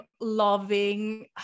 loving